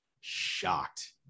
shocked